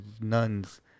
nuns